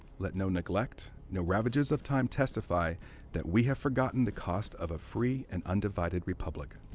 let no neglect, no ravages of time testify that we have forgotten the cost of a free and undivided republic.